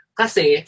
kasi